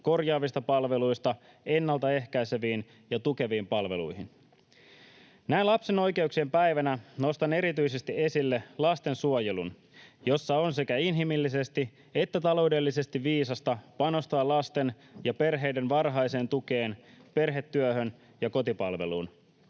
korjaavista palveluista ennalta ehkäiseviin ja tukeviin palveluihin. Näin lapsen oikeuksien päivänä nostan erityisesti esille lastensuojelun, jossa on sekä inhimillisesti että taloudellisesti viisasta panostaa lasten ja perheiden varhaiseen tukeen, perhetyöhön ja kotipalveluun.